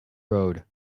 road